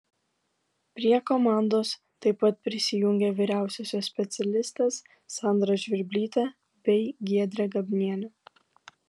prie komandos taip pat prisijungė vyriausiosios specialistės sandra žvirblytė bei giedrė gabnienė